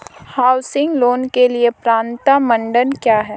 Housing loan के लिए पात्रता मानदंड क्या हैं?